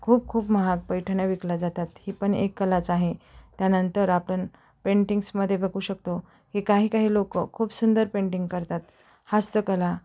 खूप खूप महाग पैठण्या विकल्या जातात ही पण एक कलाच आहे त्यानंतर आपण पेंटिंग्समध्ये बघू शकतो की काही काही लोक खूप सुंदर पेंटिंग करतात हस्तकला